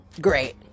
Great